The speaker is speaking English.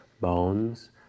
bones